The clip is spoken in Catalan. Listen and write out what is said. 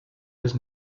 les